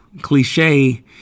cliche